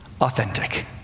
authentic